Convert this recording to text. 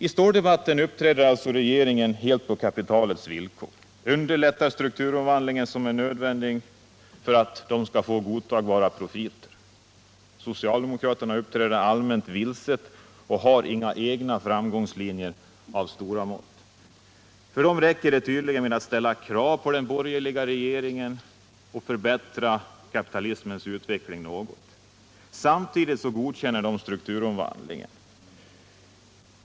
I ståldebatten uppträder alltså regeringen helt på kapitalets villkor och underlättar strukturomvandlingen, som är nödvändig för att kapitalägarna skall få godtagbara profiter. Socialdemokraterna uppträder allmänt vilset och har inga egna framgångslinjer av stora mått. För dem räcker det tydligen att ställa krav på den borgerliga regeringen och förbättra kapitalismens utveckling något. Samtidigt godkänner de strukturomvandlingen.